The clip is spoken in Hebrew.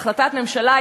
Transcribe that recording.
החלטת ממשלה,